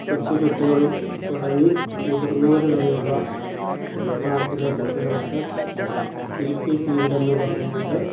കൊച്ചുകുട്ടികൾ തുടങ്ങി മുതിർന്നവർ വരെയുള്ള ക്ലാസ്സിലെ കുട്ടികൾക്ക് പീ റ്റി പീരീഡെന്ന് പറഞ്ഞുകൊണ്ട്